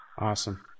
Awesome